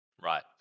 Right